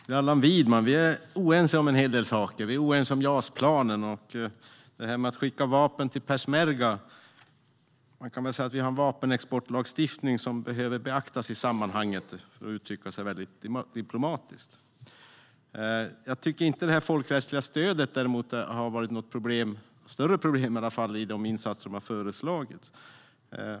Herr talman! Allan Widman och jag är oense om en hel del saker. Vi är oense om JAS-planen och om att skicka vapen till peshmerga. Man kan säga att vi har en vapenexportlagstiftning som behöver beaktas i sammanhanget, för att uttrycka sig diplomatiskt. Däremot tycker jag inte att det folkrättsliga stödet har varit något större problem i de insatser som har föreslagits.